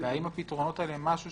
והאם הפתרונות האלה הם משהו